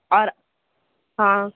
اور ہاں